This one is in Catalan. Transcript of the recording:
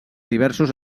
diversos